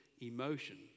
emotion